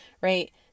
right